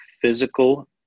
physical